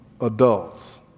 adults